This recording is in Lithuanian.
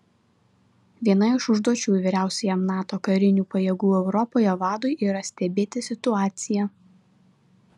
viena iš užduočių vyriausiajam nato karinių pajėgų europoje vadui yra stebėti situaciją